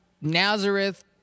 nazareth